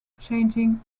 changing